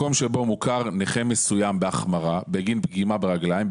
מקום שבו מוכר נכה מסוים בהחמרה בגין פגימה ברגליים,